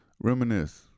Reminisce